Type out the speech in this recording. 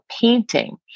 painting